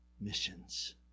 missions